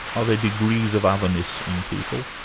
are there degrees of otherness in people?